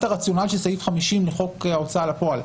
הרציונל של סעיף 50 לחוק ההוצאה לפועל,